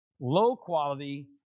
low-quality